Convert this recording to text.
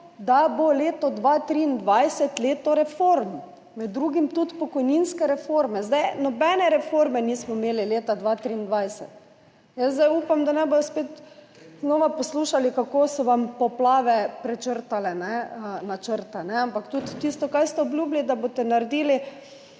da bo leto 2023 leto reform, med drugim tudi pokojninske reforme. Nobene reforme nismo imeli leta 2023. Jaz upam, da ne bomo spet poslušali, kako so vam poplave prečrtale načrte, ampak tudi tisto, kar ste obljubili, da boste naredili